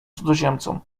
cudzoziemcom